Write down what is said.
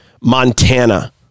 Montana